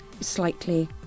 slightly